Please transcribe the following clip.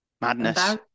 Madness